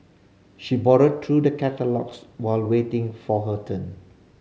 she borrow through the catalogues while waiting for her turn